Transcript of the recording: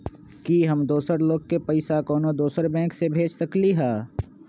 कि हम दोसर लोग के पइसा कोनो दोसर बैंक से भेज सकली ह?